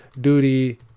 Duty